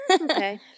Okay